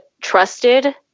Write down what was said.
trusted